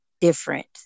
different